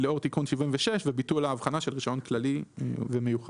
לאור תיקון 76 וביטול ההבחנה של רישיון כללי ומיוחד.